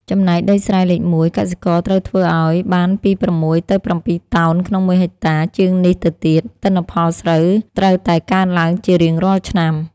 ចំណែកដីស្រែលេខមួយ កសិករត្រូវធ្វើឱ្យ បានពី៦ទៅ៧តោនក្នុងមួយហិកតា ជាងនេះទៅទៀត ទិន្នផលស្រូវត្រូវតែកើនឡើងជារៀងរាល់ឆ្នាំ ។